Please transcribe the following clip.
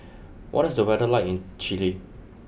what is the weather like in Chile